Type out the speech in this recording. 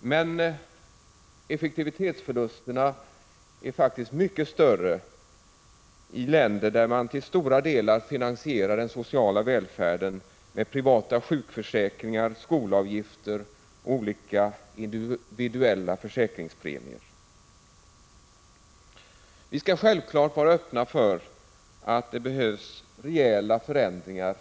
Men effektivitetsförlusterna är faktiskt mycket större i länder där man till stora delar finansierar den sociala välfärden med privata sjukförsäkringar, skolavgifter och olika individuella försäkringspremier. Vi skall självfallet vara öppna för att det behövs rejäla förändringar